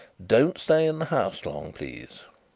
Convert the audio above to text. don't stay in the house long, please.